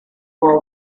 war